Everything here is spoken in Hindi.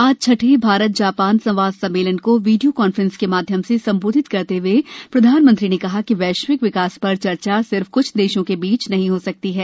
आज छठे भारत जापान संवाद सम्मेलन को वीडियो कांफ्रेंस के माध्यम से संबोधित करते हुए प्रधानमंत्री ने कहा कि वैश्विक विकास पर चर्चा सिर्फ क्छ देशों के बीच नहीं हो सकती है